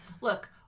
Look